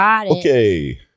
okay